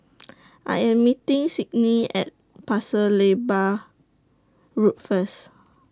I Am meeting Cydney At Pasir Laiba Road First